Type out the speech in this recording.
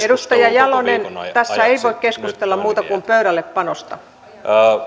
edustaja jalonen tässä ei voi keskustella muuta kuin pöydällepanosta